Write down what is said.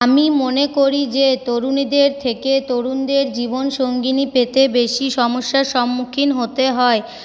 আমি মনে করি যে তরুণীদের থেকে তরুণদের জীবন সঙ্গিনী পেতে বেশি সমস্যার সম্মুখীন হতে হয়